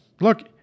Look